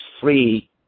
free